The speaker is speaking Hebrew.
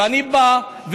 ואני בא,